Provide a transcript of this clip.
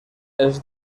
els